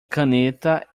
caneta